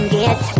get